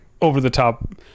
over-the-top